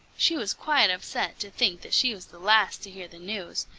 she was quite upset to think that she was the last to hear the news,